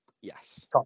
yes